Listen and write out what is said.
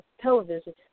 television